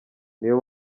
niyo